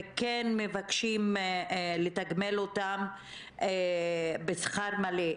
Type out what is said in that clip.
וכן מבקשים לתגמל אותם בשכר מלא.